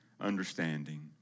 understanding